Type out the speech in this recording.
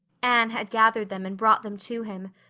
anne had gathered them and brought them to him,